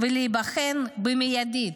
ולהיבחן במיידי.